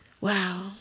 Wow